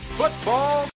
football